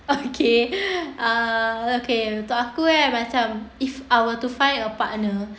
okay uh okay untuk aku kan macam if I want to find a partner